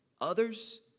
others